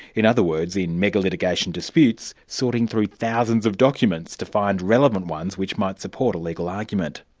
in other words, in mega litigation disputes, sorting through thousands of documents to find relevant ones which might support a legal argument.